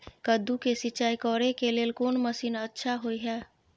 कद्दू के सिंचाई करे के लेल कोन मसीन अच्छा होय है?